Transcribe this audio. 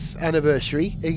anniversary